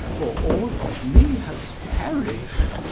for all of me has perished,